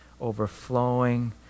overflowing